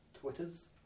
twitters